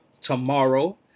tomorrow